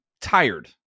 tired